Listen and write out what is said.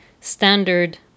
standard